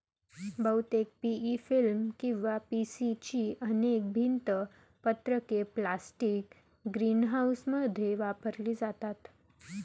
बहुतेक PE film किंवा PC ची अनेक भिंत पत्रके प्लास्टिक ग्रीनहाऊसमध्ये वापरली जातात